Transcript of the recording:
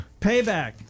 Payback